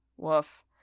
Woof